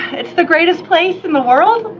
it's the greatest place in the world.